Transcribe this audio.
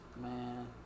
Man